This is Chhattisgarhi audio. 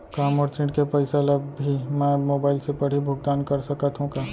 का मोर ऋण के पइसा ल भी मैं मोबाइल से पड़ही भुगतान कर सकत हो का?